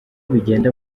bigenda